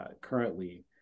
currently